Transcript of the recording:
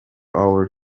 hour